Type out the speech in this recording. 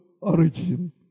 origin